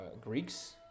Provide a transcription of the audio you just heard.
Greeks